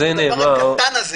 את הדבר הזה,